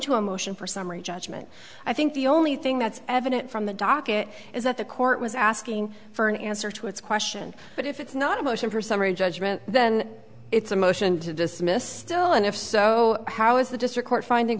to a motion for summary judgment i think the only thing that's evident from the docket is that the court was asking for an answer to its question but if it's not a motion for summary judgment then it's a motion to dismiss still and if so how is the district court finding